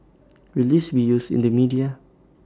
will this be used in the media